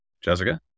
jessica